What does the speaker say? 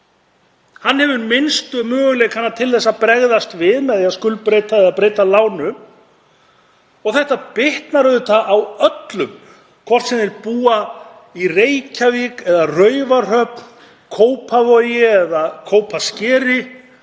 Hann hefur minnstu möguleikana til að bregðast við með því að skuldbreyta eða breyta lánum. Þetta bitnar auðvitað á öllum, hvort sem þeir búa í Reykjavík eða á Raufarhöfn, í Kópavogi eða Kópaskeri